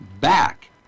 back